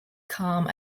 calm